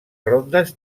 rondes